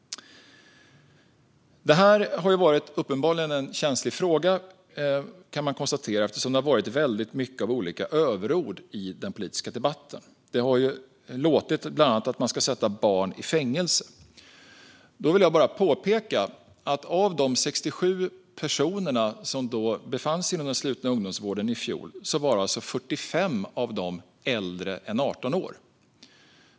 Detta har uppenbarligen varit en känslig fråga eftersom det har varit mycket överord i den politiska debatten. Bland annat har det låtit som att man ska sätta barn i fängelse. Då vill jag bara påpeka att av de 67 personerna som befann sig inom den slutna ungdomsvården i fjol var 45 äldre än 18 år.